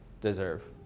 deserve